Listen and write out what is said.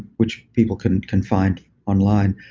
which people can can find online.